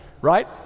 Right